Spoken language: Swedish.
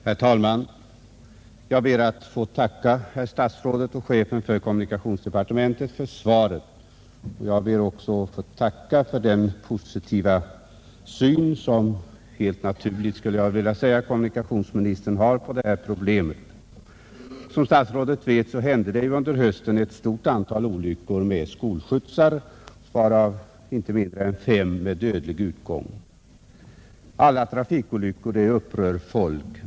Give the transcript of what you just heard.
Herr talman! Jag ber att få tacka herr statsrådet och chefen för kommunikationsdepartementet för svaret, och jag ber också att få tacka för den positiva syn som — helt naturligt, skulle jag vilja säga — kommunikationsministern har på detta problem. Som statsrådet vet hände det under hösten ett stort antal olyckor i samband med skolskjutsar varav inte mindre än fem med dödlig utgång. Alla trafikolyckor är upprörande.